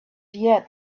yet